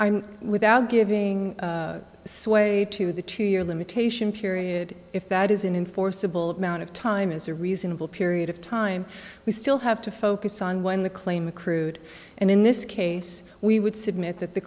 and without giving way to the two year limitation period if that isn't enforceable amount of time is a reasonable period of time we still have to focus on when the claim accrued and in this case we would submit that the